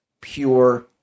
pure